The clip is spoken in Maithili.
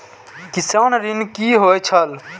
किसान ऋण की होय छल?